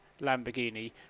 Lamborghini